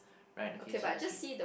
right okay so let's read